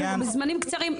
בזמנים קצרים.